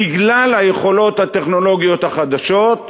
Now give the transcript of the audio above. בגלל היכולות הטכנולוגיות החדשות,